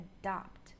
adopt